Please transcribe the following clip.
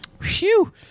Phew